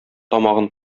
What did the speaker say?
тамагын